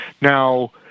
now